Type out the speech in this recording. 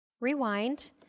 rewind